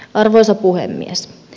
arvoisa puhemies